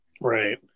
Right